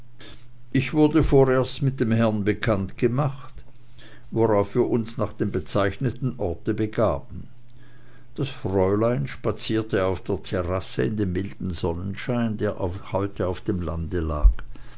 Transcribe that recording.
ich wurde vorerst dem herren bekannt gemacht worauf wir uns nach dem bezeichneten orte begaben das fräulein spazierte auf der terrasse in dem milden sonnenscheine der heut auf dem lande lag